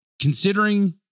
considering